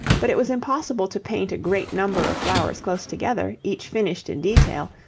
but it was impossible to paint a great number of flowers close together, each finished in detail,